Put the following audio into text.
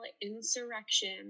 insurrection